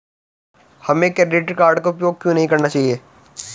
हमें credit card का उपयोग क्यों नहीं करना चाहिए?